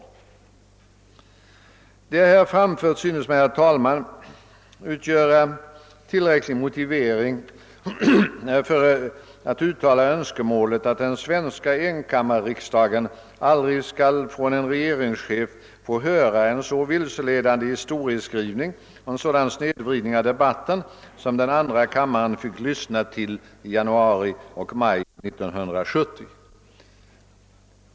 Vad jag här anfört synes mig utgöra tillräcklig motivering för att uttala önskemålet att den svenska enkammarriksdagen aldrig från en regeringschef skall få höra en så vilseledande historieskrivning och en sådan snedvridning av debatten som den andra kammaren fick lyssna till i januari och maj 1970.